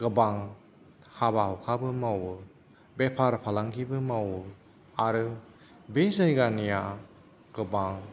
गोबां हाबा हुखाबो मावो बेफार फालांगिबो मावो आरो बे जायगानिया गोबां